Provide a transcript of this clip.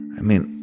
i mean,